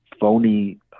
phony